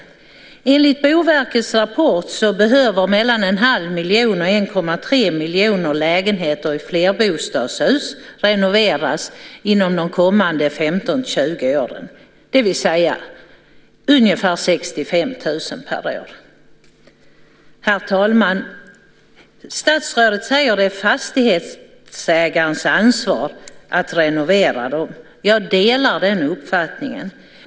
Enligt Boverkets rapport behöver mellan en halv miljon och 1,3 miljoner lägenheter i flerbostadshus renoveras inom de kommande 15-20 åren, det vill säga ungefär 65 000 per år. Herr talman! Statsrådet säger att det är fastighetsägarens ansvar att renovera. Jag delar den uppfattningen.